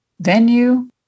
venue